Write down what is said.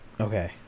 Okay